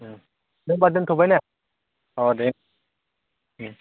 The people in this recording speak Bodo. दे होनबा दोनथ'बाय ना अ दे